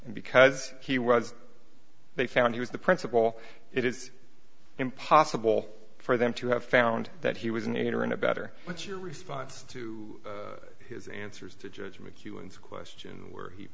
and because he was they found he was the principal it is impossible for them to have found that he was an aider and abettor what's your response to his answers to judgement humans question were he